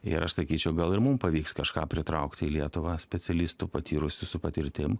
ir aš sakyčiau gal ir mum pavyks kažką pritraukti į lietuvą specialistų patyrusių su patirtim